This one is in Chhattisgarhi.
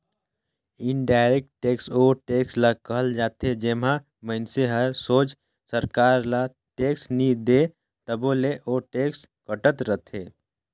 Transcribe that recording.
इनडायरेक्ट टेक्स ओ टेक्स ल कहल जाथे जेम्हां मइनसे हर सोझ सरकार ल टेक्स नी दे तबो ले ओ टेक्स कटत रहथे